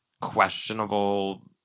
questionable